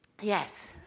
Yes